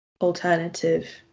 alternative